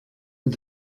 mit